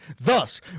Thus